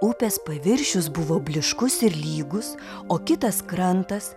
upės paviršius buvo blyškus ir lygus o kitas krantas